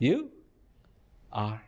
you are